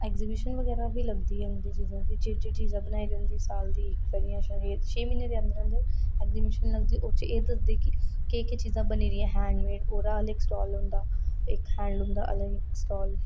ते इक एग्जीबीशन बगैरा बी लगदी इन्दी चीजें दी जहड़ी चीजां बनाई दी होंदी ओह् साल दी छे म्हीने दे अंदर अंदर ऐग्जीबीशन लगदी ओहदे च एह् दसदे कि केह् केह् चीजां बनी दियां हैंडमेंड ओहदा इक अलग स्टाल होंदा हैंडलोम दा अलग इक स्टाल होंदा